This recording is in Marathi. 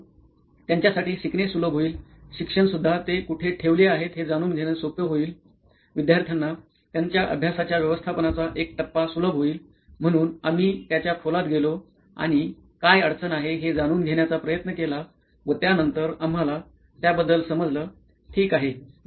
तर मग त्यांच्यासाठी शिकणे सुलभ होईल शिक्षण सुद्धा ते कुठे ठेवले आहेत हे जाणून घेणं सोप्पे होईल विद्यार्थ्याना त्यांच्या अभ्यासाच्या व्यवस्थापनाचा एक टप्पा सुलभ होईल म्हणून आम्ही त्याच्या खोलात गेलो आणि काय अडचण आहे हे जाणून घेण्याचा प्रयत्न केला व त्यानंतर आम्हाला त्याबद्दल समजलं ठीक आहे